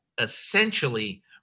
essentially